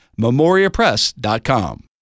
memoriapress.com